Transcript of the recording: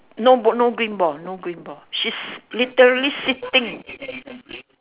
no ball no green ball no green ball she's literally sitting